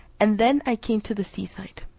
and then i came to the sea side.